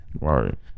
Right